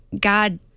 God